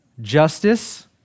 Justice